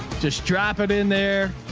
just drop it in there.